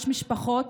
יש משפחות